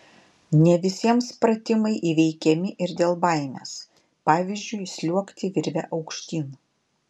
ne visiems pratimai įveikiami ir dėl baimės pavyzdžiui sliuogti virve aukštyn